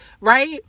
right